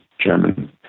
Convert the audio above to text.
German